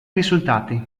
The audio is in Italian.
risultati